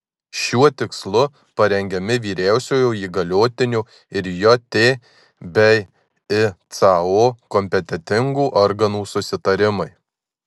šiuo tikslu parengiami vyriausiojo įgaliotinio ir jt bei icao kompetentingų organų susitarimai